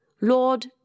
Lord